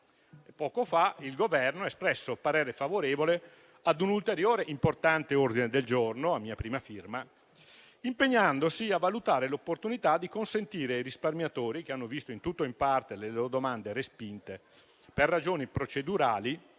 Poco fa il Governo ha espresso parere favorevole a un ulteriore e importante ordine del giorno, a mia prima firma, impegnandosi a valutare l'opportunità di consentire ai risparmiatori, che hanno visto in tutto o in parte respinte le loro domande per ragioni procedurali,